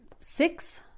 six